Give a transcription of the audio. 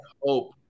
hope